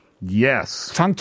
Yes